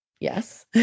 Yes